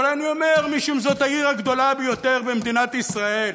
אבל אני אומר משום שזאת העיר הגדולה ביותר במדינת ישראל,